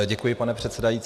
Děkuji, pane předsedající.